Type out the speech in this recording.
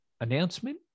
Announcement